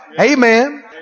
amen